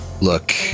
look